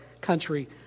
country